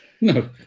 No